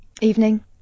Evening